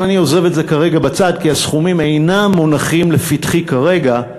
אבל אני עוזב את זה כרגע בצד כי הסכומים אינם מונחים לפתחי כרגע,